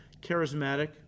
charismatic